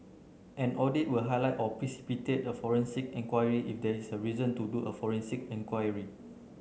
an audit will highlight or precipitate a forensic enquiry if there is reason to do a forensic enquiry